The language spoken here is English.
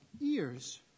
ears